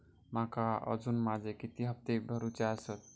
माका अजून माझे किती हप्ते भरूचे आसत?